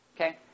Okay